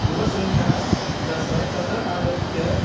गृहसङ्ख्या दश तत्र आगत्य